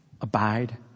Abide